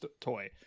toy